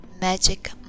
magic